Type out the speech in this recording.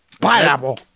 Pineapple